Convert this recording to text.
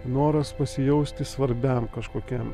noras pasijausti svarbiam kažkokiam